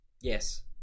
yes